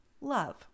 love